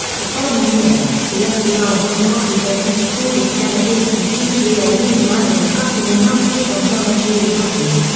the following year, the fbi warned gotti they had recorded genovese consigliere louis manna discussing another hit on john and gene gotti.